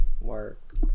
Work